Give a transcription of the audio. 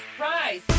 rise